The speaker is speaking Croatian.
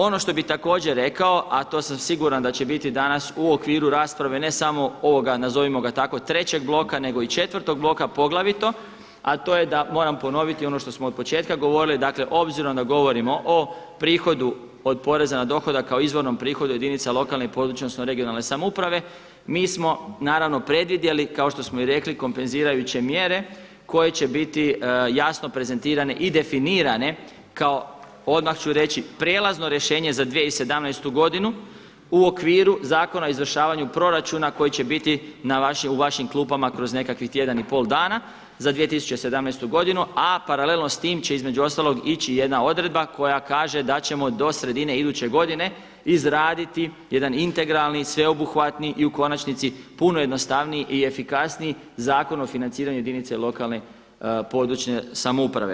Ono što bi također rekao, a to sam siguran da će biti danas u okviru rasprave ne samo ovoga nazovimo ga tako, treće bloka nego i četvrtog bloka poglavito, a to je da moram ponoviti ono što smo od početka govorili dakle obzirom da govorimo o prihodu od poreza na dohodak kao izvornom prihodu jedinica lokalne (regionalne) i područne samouprave mi smo predvidjeli kao što smo i rekli kompenzirajuće mjere koje će biti jasno prezentirane i definirane kao odmah ću reći, prijelazno rješenje za 2017. godinu u okviru Zakona o izvršavanju proračuna koji će biti na vašim klupama kroz nekakvih tjedan i pol dana za 2017. godinu, a paralelno s tim će između ostalog ići jedna odredba koja kaže da ćemo do sredine iduće godine izraditi jedan integralni sveobuhvatni i u konačnici puno jednostavniji i efikasniji Zakon o financiranju jedinica lokalne i područne samouprave.